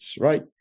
right